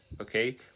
okay